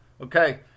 Okay